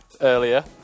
earlier